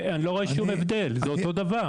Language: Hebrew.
אני לא רואה הבדל; זה אותו הדבר.